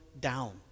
down